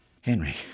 Henry